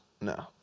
No